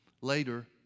later